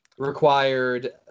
Required